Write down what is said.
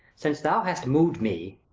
since thou hast moved me